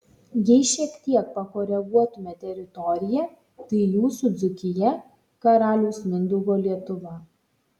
jei šiek tiek pakoreguotume teritoriją tai jūsų dzūkija karaliaus mindaugo lietuva